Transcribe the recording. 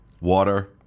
Water